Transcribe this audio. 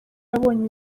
yabonye